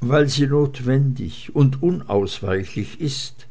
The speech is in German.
weil sie notwendig und unausweichlich ist